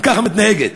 אם ככה היא מתנהגת.